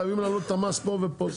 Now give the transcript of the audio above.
חייבים להעלות את המס פה ופה.